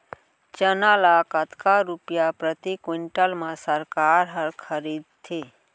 चना ल कतका रुपिया प्रति क्विंटल म सरकार ह खरीदथे?